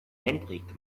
henrik